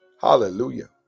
Hallelujah